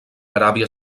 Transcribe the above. aràbia